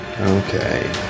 Okay